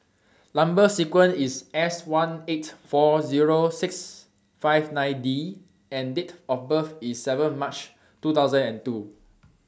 Number sequence IS Seighteen lakh forty thousand six hundred and fifty nine D and Date of birth IS seven March two thousand and two